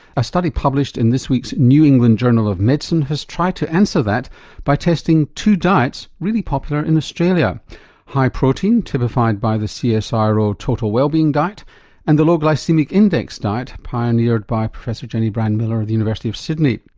a study published in this week's new england journal of medicine has tried to answer that by testing two diets really popular in australia high protein typified by the ah csiro total wellbeing diet and the low glycaemic index diet pioneered by professor jenny-brand miller of the university of sydney.